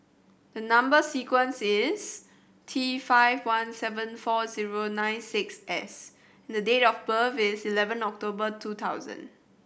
the number sequence is T five one seven four zero nine six S the date of birth is eleven October two thousand